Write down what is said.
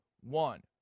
one